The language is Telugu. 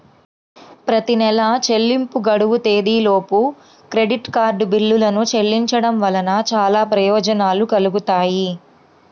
ప్రతి నెలా చెల్లింపు గడువు తేదీలోపు క్రెడిట్ కార్డ్ బిల్లులను చెల్లించడం వలన చాలా ప్రయోజనాలు కలుగుతాయి